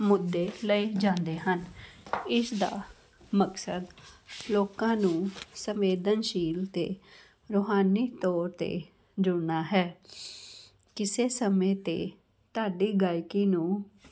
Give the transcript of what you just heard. ਮੁੱਦੇ ਲਏ ਜਾਂਦੇ ਹਨ ਇਸ ਦਾ ਮਕਸਦ ਲੋਕਾਂ ਨੂੰ ਸੰਵੇਦਨਸ਼ੀਲ ਅਤੇ ਰੂਹਾਨੀ ਤੌਰ 'ਤੇ ਜੁੜਨਾ ਹੈ ਕਿਸੇ ਸਮੇਂ 'ਤੇ ਢਾਡੀ ਗਾਇਕੀ ਨੂੰ